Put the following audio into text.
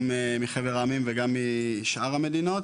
גם מחבר העמים וגם משאר המדינות.